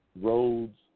roads